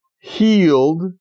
healed